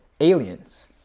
aliens